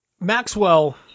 Maxwell